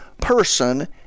person